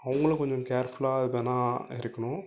அவங்களும் கொஞ்சம் கேர்ஃபுல்லாக எதுன்னா இருக்கணும்